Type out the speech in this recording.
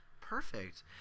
perfect